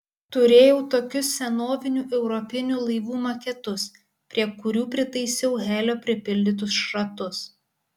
turėjau tokius senovinių europinių laivų maketus prie kurių pritaisiau helio pripildytus šratus